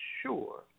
sure